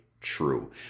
true